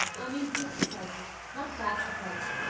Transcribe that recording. i mean good surprises, not bad surprises.